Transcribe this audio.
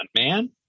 man